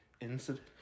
incident